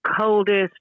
coldest